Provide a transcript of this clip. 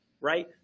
right